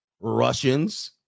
Russians